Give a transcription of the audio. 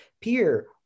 peer